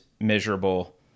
measurable